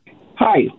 Hi